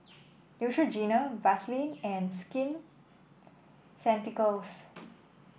Neutrogena Vaselin and Skin Ceuticals